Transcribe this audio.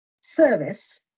service